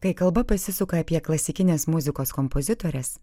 kai kalba pasisuka apie klasikinės muzikos kompozitores